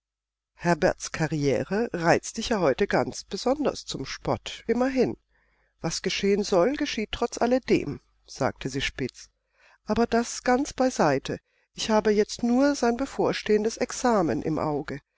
herberts karriere reizt dich ja heute ganz besonders zum spott immerhin was geschehen soll geschieht trotz alledem sagte sie spitz aber das ganz beiseite ich habe jetzt nur sein bevorstehendes examen im auge